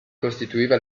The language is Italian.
costituiva